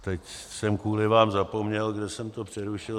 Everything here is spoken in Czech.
Teď jsem kvůli vám zapomněl, kde jsem to přerušil.